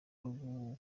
rwo